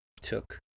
took